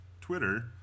Twitter